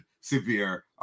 severe